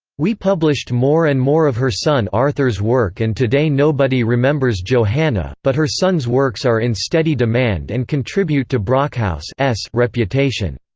we published more and more of her son arthur's work and today nobody remembers johanna, but her son's works are in steady demand and contribute to brockhaus' s reputation.